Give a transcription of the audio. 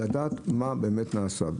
לדעת מה באמת נעשה.